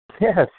Yes